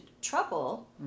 trouble